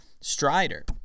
Strider